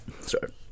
Sorry